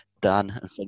done